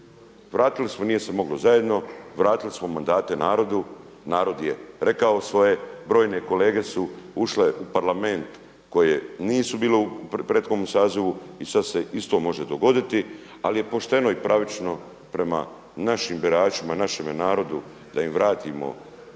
vratili smo, nije se moglo zajedno, vratili smo mandate narodu, narod je rekao svoje. Brojne kolege su ušle u Parlament koje nisu bile u prethodnom sazivu i sada se isto može dogoditi. Ali je pošteno i pravično prema našim biračima i našemu narodu da im vratimo nadu